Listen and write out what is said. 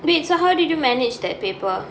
wait so how did you manage that paper